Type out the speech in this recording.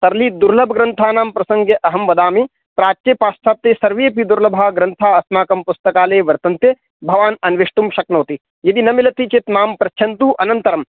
तर्हि दुर्लभ ग्रन्थानां प्रसङ्गे अहं वदामि प्राच्ये पाश्चात्ये सर्वेऽपि दुर्लभाग्रन्था अस्माकं पुस्तकालये वर्तन्ते भवान् अन्वेष्टुं शक्नोति यदि न मिलति चेत् मां पृच्छन्तु अनन्तरम्